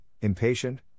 impatient